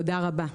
תודה רבה.